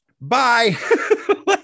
Bye